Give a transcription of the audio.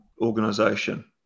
organization